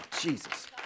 Jesus